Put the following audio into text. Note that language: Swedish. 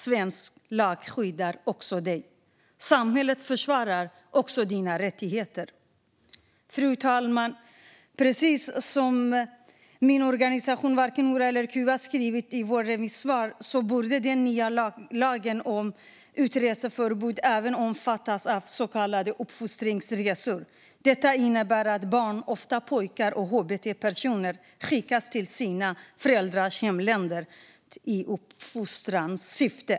Svensk lag skyddar också dig. Samhället försvarar också dina rättigheter. Fru talman! Precis som min organisation Varken hora eller kuvad har skrivit i sitt remissvar borde den nya lagen om utreseförbud även omfatta så kallade uppfostringsresor. Detta innebär att barn, ofta pojkar och hbtq-personer, skickas till sina föräldrars hemländer i uppfostringssyfte.